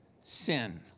sin